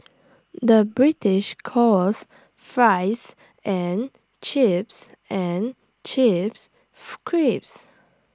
the British calls fries and chips and chips crisps